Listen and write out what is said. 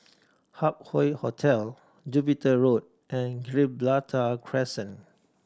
Hup Hoe Hotel Jupiter Road and Gibraltar Crescent